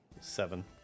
seven